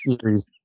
Series